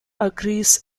agrees